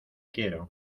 quiero